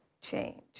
change